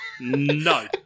no